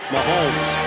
Mahomes